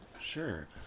Sure